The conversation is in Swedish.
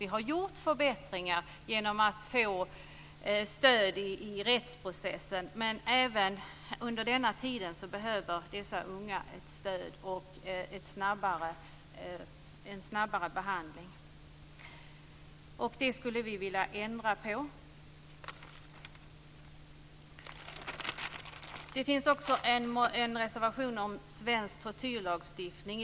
Vi har gjort förbättringar genom att de får stöd i rättsprocessen, men även under denna tid behöver dessa unga ett stöd och en snabbare behandling. Det skulle vi vilja ändra på. Det finns också en reservation om svensk tortyrlagstiftning.